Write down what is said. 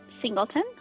Singleton